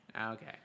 Okay